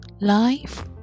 life